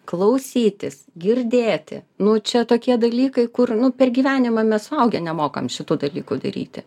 klausytis girdėti nu čia tokie dalykai kur nu per gyvenimą mes suaugę nemokam šitų dalykų daryti